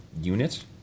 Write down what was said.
unit